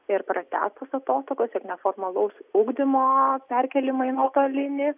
ir pratęstas atostogas ir neformalaus ugdymo perkėlimą į nuotolinį